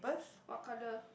what colour